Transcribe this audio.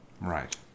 right